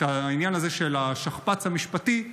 את העניין הזה של השכפ"ץ המשפטי,